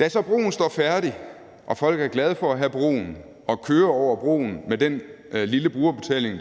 Da så broen står færdig og folk er glade for at have broen og kører over broen med den lille brugerbetaling,